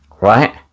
right